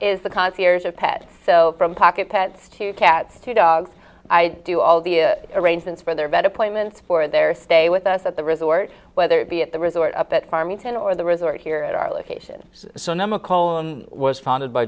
concierge a pet so from pocket pets two cats two dogs i do all the arrangements for their vet appointments for their stay with us at the resort whether it be at the resort up at farmington or the resort here at our location so nema colin was founded by